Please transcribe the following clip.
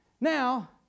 Now